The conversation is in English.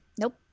nope